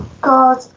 God